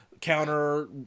counter